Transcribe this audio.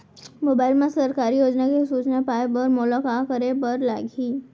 mobile मा सरकारी योजना के सूचना पाए बर मोला का करे बर लागही